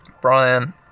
Brian